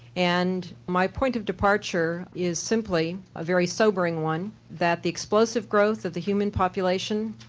and my point of departure is simply a very sobering one, that the explosive growth of the human population,